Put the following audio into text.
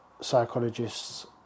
psychologists